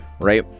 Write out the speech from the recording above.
Right